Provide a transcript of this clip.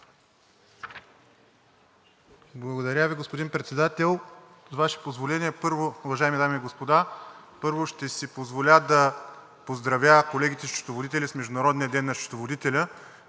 Благодаря Ви, господин Председател. С Ваше позволение, уважаеми дами и господа, първо ще си позволя да поздравя колегите счетоводители с Международния ден на счетоводителя,